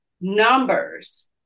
numbers